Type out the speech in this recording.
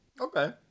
Okay